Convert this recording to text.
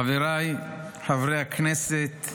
חבריי חברי הכנסת,